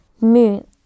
moon